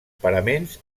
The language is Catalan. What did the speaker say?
paraments